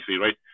right